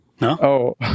No